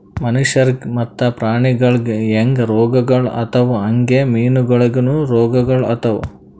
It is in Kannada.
ಮನುಷ್ಯರಿಗ್ ಮತ್ತ ಪ್ರಾಣಿಗೊಳಿಗ್ ಹ್ಯಾಂಗ್ ರೋಗಗೊಳ್ ಆತವ್ ಹಂಗೆ ಮೀನುಗೊಳಿಗನು ರೋಗಗೊಳ್ ಆತವ್